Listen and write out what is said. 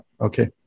okay